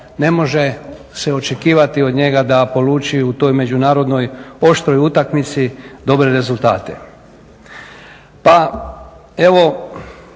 ne može se očekivati od njega da poluči u toj međunarodnoj oštroj utakmici dobre rezultate. Pa evo,